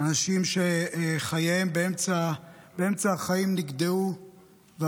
אנשים שחייהם נגדעו באמצע,